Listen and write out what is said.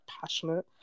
passionate